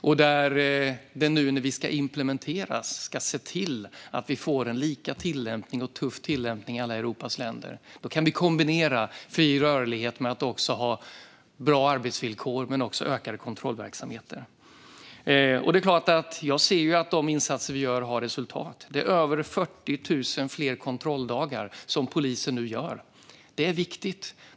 När mobilitetspaketet nu ska implementeras ska vi se till att vi får en lika och tuff tillämpning i alla Europas länder. Då kan vi kombinera fri rörlighet med bra arbetsvillkor men också med ökade kontrollverksamheter. De insatser vi gör ger resultat. Polisen har nu 40 000 fler kontrolldagar. Det är viktigt.